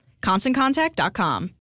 ConstantContact.com